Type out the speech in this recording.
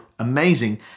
amazing